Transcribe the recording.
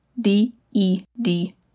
D-E-D